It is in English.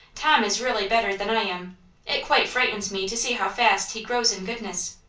tom is really better than i am it quite frightens me to see how fast he grows in good ness.